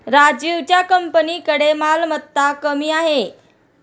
राजीवच्या कंपनीकडे मालमत्ता कमी आहे